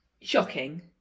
shocking